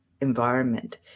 environment